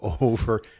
over